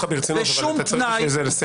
בשום תנאי --- גלעד,